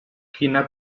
quina